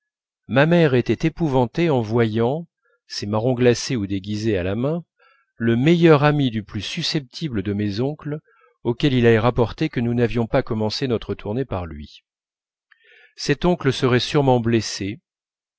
ma mère était épouvantée en voyant ses marrons glacés ou déguisés à la main le meilleur ami du plus susceptible de mes oncles auquel il allait rapporter que nous n'avions pas commencé notre tournée par lui cet oncle serait sûrement blessé